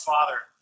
Father